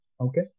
Okay